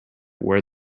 where